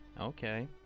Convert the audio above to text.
okay